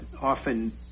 often